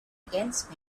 against